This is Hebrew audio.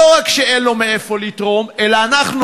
שלא רק שאין לו מאיפה לתרום אלא אנחנו